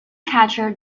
catcher